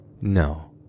No